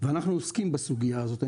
ואנחנו עוסקים בסוגיה הזאת.